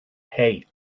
hay